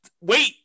Wait